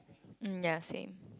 mm ya same